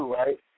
right